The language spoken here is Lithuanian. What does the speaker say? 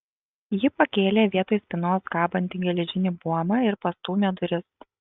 ji pakėlė vietoj spynos kabantį geležinį buomą ir pastūmė duris